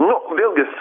nu vėlgi